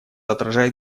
отражает